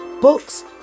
books